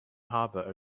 harbour